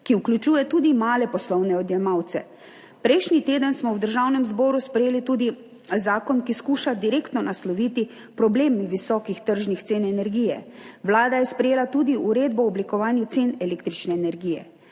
ki vključuje tudi male poslovne odjemalce. Prejšnji teden smo v Državnem zboru sprejeli tudi zakon, ki skuša direktno nasloviti problem visokih tržnih cen energije. Vlada je sprejela tudi uredbo o oblikovanju cen električne energije.